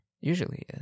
Usually